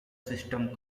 system